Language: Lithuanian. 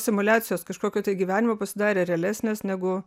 simuliacijos kažkokio tai gyvenimo pasidarė realesnės negu